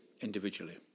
individually